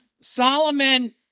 Solomon